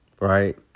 Right